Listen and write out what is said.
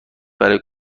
برای